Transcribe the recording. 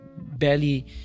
barely